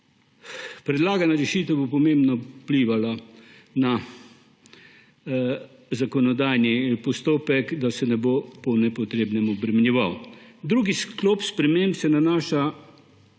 Predlagana rešitev bo pomembno vplivala na zakonodajni postopek, da se ne bo po nepotrebnem obremenjeval. Drugi sklop sprememb se nanaša